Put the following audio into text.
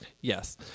Yes